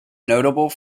notable